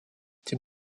тем